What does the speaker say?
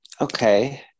Okay